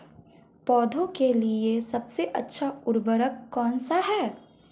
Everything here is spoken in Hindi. पौधों के लिए सबसे अच्छा उर्वरक कौनसा हैं?